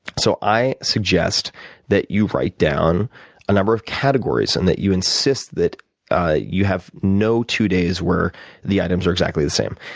so i suggest that you write down a number of categories and that you insist that you have no two days where the items are exactly the same.